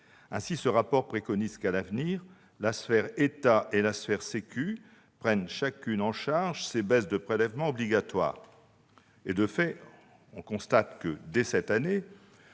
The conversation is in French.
sociale. Ce rapport préconise qu'à l'avenir la sphère État et la sphère sécurité sociale prennent chacune en charge leurs baisses de prélèvements obligatoires. De fait, on constate que, dès cette année,